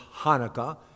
Hanukkah